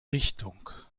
richtung